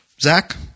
Zach